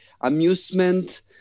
amusement